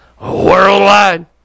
Worldwide